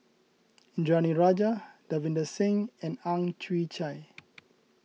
Indranee Rajah Davinder Singh and Ang Chwee Chai